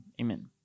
amen